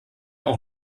auch